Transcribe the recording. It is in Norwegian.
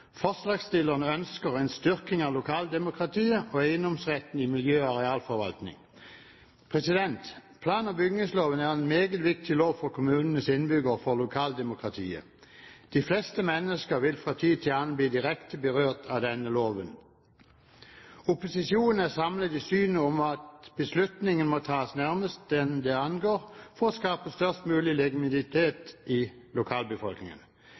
Forslagsstillerne ønsker en styrking av lokaldemokratiet og eiendomsretten i miljø- og arealforvaltningen. Plan- og bygningsloven er en meget viktig lov for kommunenes innbyggere og for lokaldemokratiet. De fleste mennesker vil fra tid til annen bli direkte berørt av denne loven. Opposisjonen er samlet i synet på at beslutningene må tas nærmest den det angår, for å skape størst mulig legitimitet i lokalbefolkningen.